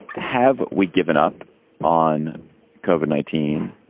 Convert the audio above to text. have we given up on koven nineteen?